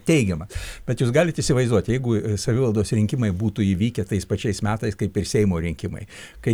teigiamas bet jūs galit įsivaizduoti jeigu savivaldos rinkimai būtų įvykę tais pačiais metais kaip ir seimo rinkimai kai